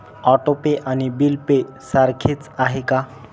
Auto pay आणि bill pay सारखेच आहे का?